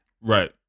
Right